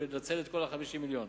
ולנצל את כל ה-50 מיליון.